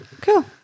Cool